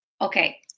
Okay